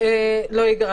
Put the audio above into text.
לא ייגרע.